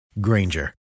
Granger